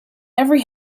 every